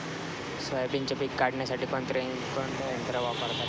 सोयाबीनचे पीक काढण्यासाठी कोणते यंत्र वापरले जाते?